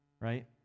right